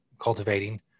cultivating